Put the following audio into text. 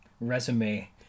resume